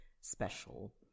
special